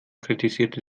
kritisierte